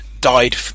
died